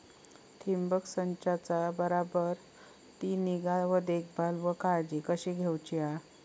ठिबक संचाचा बराबर ती निगा व देखभाल व काळजी कशी घेऊची हा?